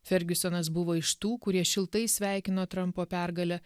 fergiusonas buvo iš tų kurie šiltai sveikino trampo pergalę